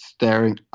Staring